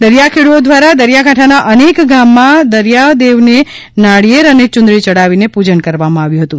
દરિથાખેડૂઓ દ્વારા દરિયાકાંઠાના અનેક ગામોમાં દરિયાદવને નાળિયેર અને યુંડદી યડાવીને પૂજન કરવામાં આવ્યું હતું